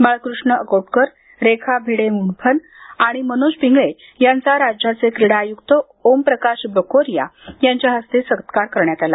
बाळकूष्ण अकोटकर रेखा भिडे मुंडफन आणि मनोज पिंगळे यांचा राज्याचे क्रीडा आयुक्त ओम प्रकाश बकोरिया यांच्या हस्ते सत्कार करण्यात आला